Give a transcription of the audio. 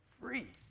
free